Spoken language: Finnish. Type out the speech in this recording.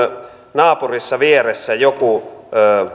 naapurissa vieressä joku